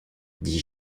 dit